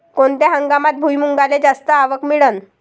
कोनत्या हंगामात भुईमुंगाले जास्त आवक मिळन?